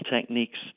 techniques